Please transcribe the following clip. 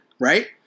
right